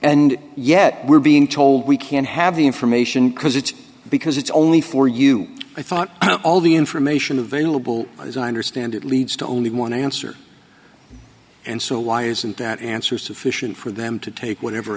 and yet we're being told we can't have the information because it's because it's only for you i thought all the information available as i understand it leads to only one answer and so why isn't that answer sufficient for them to take whatever